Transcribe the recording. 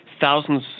thousands